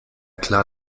klar